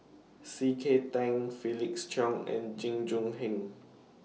C K Tang Felix Cheong and Jing Jun Hong